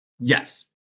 Yes